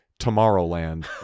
Tomorrowland